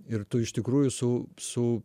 ir tu iš tikrųjų su su